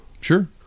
Sure